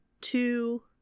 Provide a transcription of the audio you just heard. two